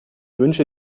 wünsche